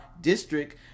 district